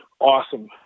awesome